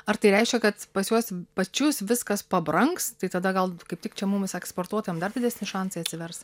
ar tai reiškia kad pas juos pačius viskas pabrangs tai tada gal kaip tik čia mums eksportuotojam dar didesni šansai atsivers